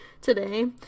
today